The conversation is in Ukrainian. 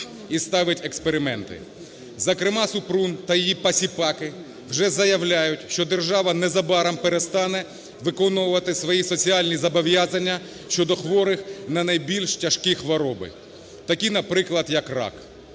і ставить експерименти. Зокрема, Супрун та її посіпаки вже заявляють, що держава незабаром перестане виконувати свої соціальні зобов'язання щодо хворих на найбільш тяжкі хвороби, такі, наприклад, як рак.